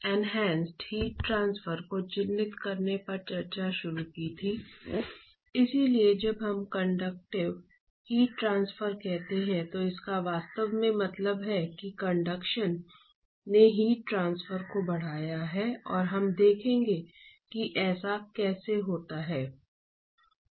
और हमने संक्षेप में न्यूटन के शीतलन के नियम के संदर्भ में कन्वेक्शन की ओर संकेत किया